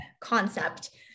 concept